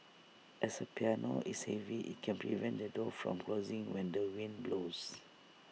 as A piano is heavy IT can prevent the door from closing when the wind blows